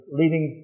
leading